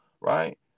right